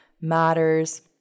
matters